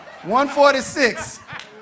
146